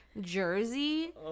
Jersey